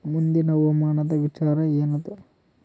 ಮುಂದಿನ ಹವಾಮಾನದ ವಿಚಾರ ಏನದ?